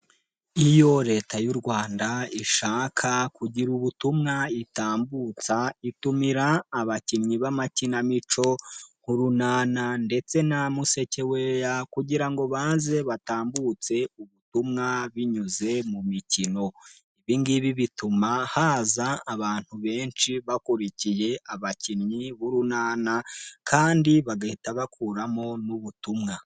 Iyo leta y'u Rwanda ishaka kugira ubutumwa itambutsa itumira abakinnyi b'amakinamico nk'urunana ndetse na museke weya, kugira ngo banze batambutse ubutumwa binyuze mu mikino. Ibi ngibi bituma haza abantu benshi bakurikiye abakinnyi b'urunana, kandi bagahita bakuramo n'ubutumwa.